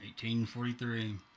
1843